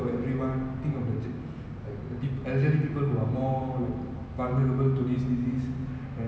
you know maintain social distancing wherever possible and then wear the mask wherever necessary and then follow all the